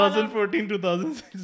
2014-2016